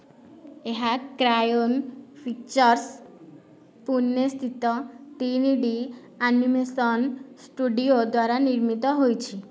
ଏହା crayon pictures Pune ସ୍ଥିତ ତିନି ଡ଼ି ଆନିମେସନ୍ ଷ୍ଟୁଡ଼ିଓ ଦ୍ୱାରା ନିର୍ମିତ ହୋଇଛି